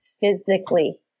physically